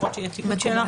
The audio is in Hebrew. לפחות יהיה תיעוד על כך.